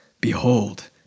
behold